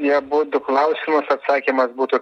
į abudu klausimus atsakymas būtų